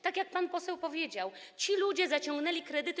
Tak jak pan poseł powiedział, ci ludzie zaciągnęli kredyty.